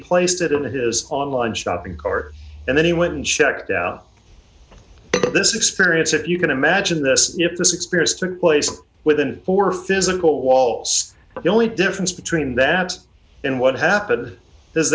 placed it in his online shopping cart and then he went and checked out of this experience if you can imagine this if this experience to a place within four physical walls the only difference between that and what happened